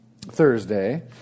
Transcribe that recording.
Thursday